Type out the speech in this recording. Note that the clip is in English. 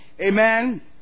Amen